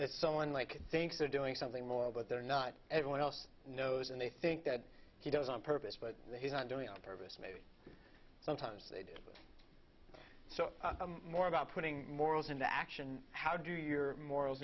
it's someone like thanks for doing something more but they're not everyone else knows and they think that he does on purpose but he's not doing on purpose maybe sometimes they do so more about putting morals into action how do your morals